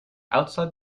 outside